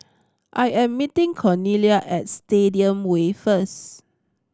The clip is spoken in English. I am meeting Cornelia at Stadium Way first